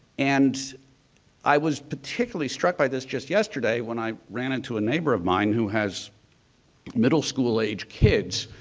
and i was particularly struck by this just yesterday when i ran into a neighbor of mine who has middle school-aged kids.